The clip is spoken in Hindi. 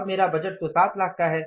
अब मेरा बजट तो 7 लाख का है